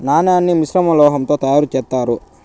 నాణాన్ని మిశ్రమ లోహం తో తయారు చేత్తారు